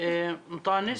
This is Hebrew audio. מטאנס,